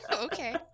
Okay